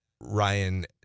Ryan